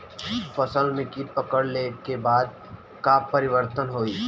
फसल में कीट पकड़ ले के बाद का परिवर्तन होई?